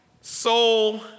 soul